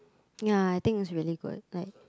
ya I think it's really good like